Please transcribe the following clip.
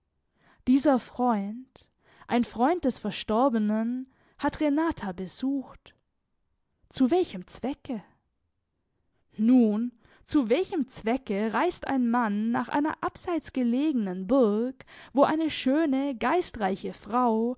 dieser freund ein freund des verstorbenen hat renata besucht zu welchem zwecke nun zu welchem zwecke reist ein mann nach einer abseits gelegenen burg wo eine schöne geistreiche frau